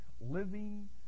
living